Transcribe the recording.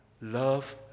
love